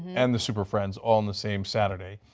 and the super friends all in the same saturday.